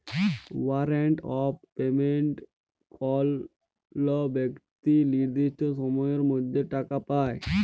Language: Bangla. ওয়ারেন্ট অফ পেমেন্ট কল বেক্তি লির্দিষ্ট সময়ের মধ্যে টাকা পায়